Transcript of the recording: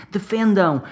Defendam